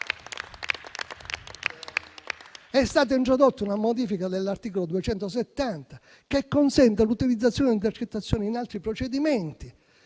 È stata introdotta una modifica dell'articolo 270, che consente l'utilizzazione di intercettazioni in altri procedimenti